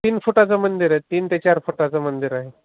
तीन फुटाचं मंदिर आहे तीन ते चार फुटाचं मंदिर आहे